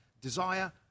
desire